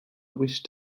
wish